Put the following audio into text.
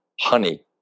honey